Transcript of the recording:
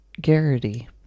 Garrity